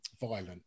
violent